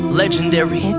legendary